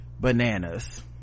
bananas